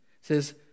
says